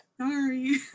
sorry